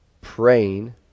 praying